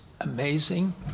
amazing